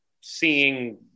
seeing